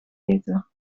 eten